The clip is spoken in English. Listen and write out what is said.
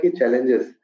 challenges